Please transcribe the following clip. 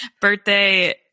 birthday